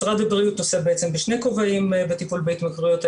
משרד הבריאות עוסק בשני כובעים בטיפול בהתמכרויות.